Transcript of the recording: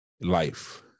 life